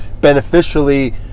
Beneficially